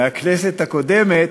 מהכנסת הקודמת,